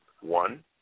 one